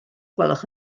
gwelwch